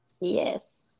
Yes